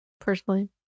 personally